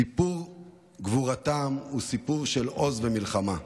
סיפור גבורתם הוא סיפור של עוז ומלחמה.